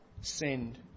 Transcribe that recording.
send